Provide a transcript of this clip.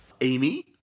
Amy